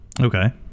Okay